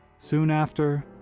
soon after,